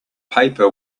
paper